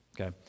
okay